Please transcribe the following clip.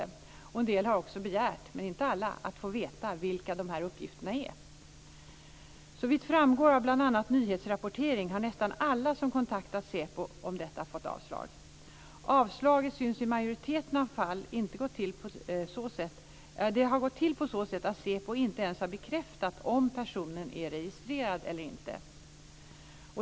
En del, men inte alla, har också begärt att få veta vilka dessa uppgifter är. Såvitt framgår av bl.a. nyhetsrapportering har nästan alla som har kontaktat SÄPO om detta fått avslag. I majoriteten av fallen har SÄPO inte ens bekräftat om personen är registrerad eller inte.